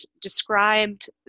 described